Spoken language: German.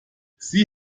sieh